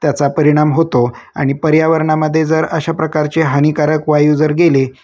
त्याचा परिणाम होतो आणि पर्यावरणामध्ये जर अशा प्रकारचे हानिकारक वायू जर गेले